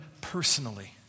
personally